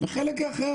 ויש את החלק האחר.